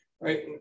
right